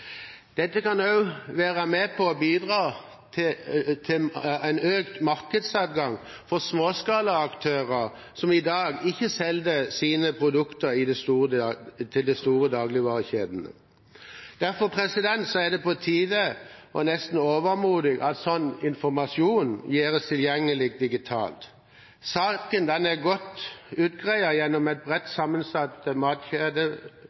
Dette kan også være med på å bidra til en økt markedsadgang for småskalaaktører som i dag ikke selger sine produkter til de store dagligvarekjedene. Derfor er det på tide – og nesten overmodent – at sånn informasjon gjøres tilgjengelig digitalt. Saken er godt utredet gjennom et bredt sammensatt